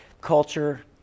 culture